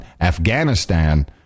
Afghanistan